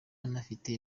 anafite